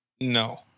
no